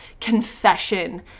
confession